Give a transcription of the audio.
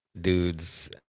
dudes